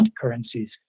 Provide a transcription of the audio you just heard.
Currencies